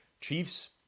Chiefs